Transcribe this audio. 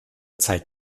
zeit